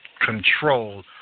control